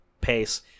pace